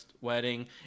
wedding